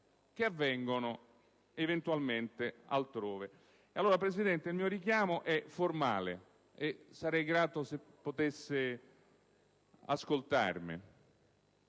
che avvengono eventualmente altrove. Signor Presidente, il mio richiamo è formale, e sarei grato se lei potesse ascoltarmi.